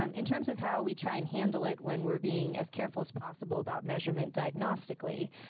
um in terms of how we try and handle it when we're being as careful as possible about measurement diagnostically,